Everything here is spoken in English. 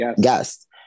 guest